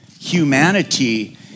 humanity